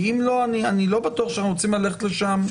אם לא, אני לא בטוח שאנחנו רוצים ללכת לשם.